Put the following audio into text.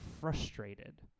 frustrated